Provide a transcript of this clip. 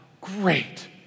great